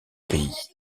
pays